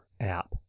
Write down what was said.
app